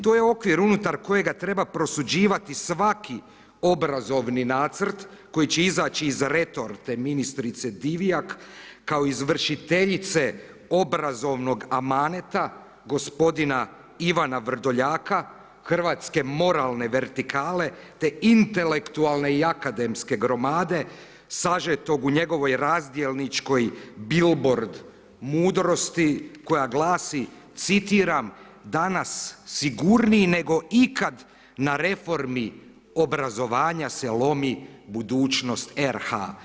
To je okvir unutar kojega treba prosuđivati svaki obrazovni nacrt koji će izaći iz retorte ministrice Divjak kao izvršiteljice obrazovnog amaneta gospodina Ivana Vrdoljaka, hrvatske moralne vertikale te intelektualne i akademske gromade sažetog u njegovoj razdjelničkoj bilbord mudrosti, koja glasi, citiram, danas sigurniji nego ikad, na reformi obrazovanja se lomi budućnost RH.